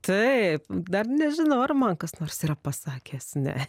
taip dar nežinau ar man kas nors yra pasakęs ne